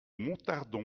montardon